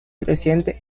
reciente